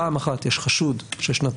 פעם אחת יש חשוד ששנתו